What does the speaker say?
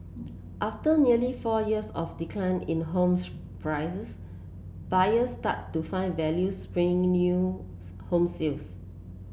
after nearly four years of decline in homes prices buyer started to find value sales